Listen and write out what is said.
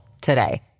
today